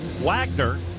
Wagner